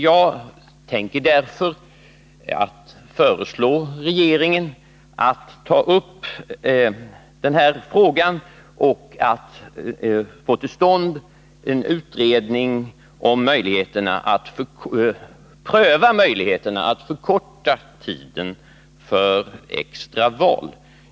Jag tänker därför föreslå regeringen att ta upp den här frågan för att få till stånd en utredning som skall pröva möjligheterna att förkorta tiden för extra val.